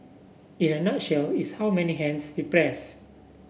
in a nutshell it's how many hands you press